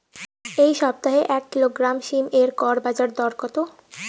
এই সপ্তাহে এক কিলোগ্রাম সীম এর গড় বাজার দর কত?